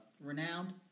renowned